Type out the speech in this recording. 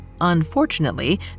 Unfortunately